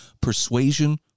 Persuasion